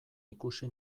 ikusi